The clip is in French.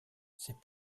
ces